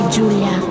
Julia